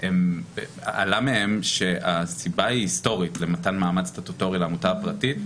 עלה מהם שהסיבה היא היסטורית למתן מעמד סטטוטורי לעמותה הפרטית.